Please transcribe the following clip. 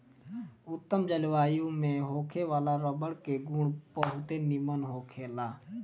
उत्तम जलवायु में होखे वाला रबर के गुण बहुते निमन होखेला